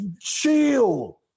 Chill